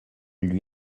lui